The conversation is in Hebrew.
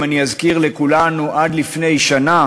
אם אזכיר לכולנו, עד לפני שנה